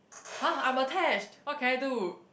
!huh! I'm attached what can I do